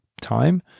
time